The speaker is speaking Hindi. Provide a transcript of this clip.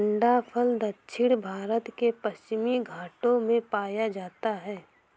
अंडाफल दक्षिण भारत के पश्चिमी घाटों में पाया जाता है